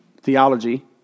theology